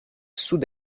sud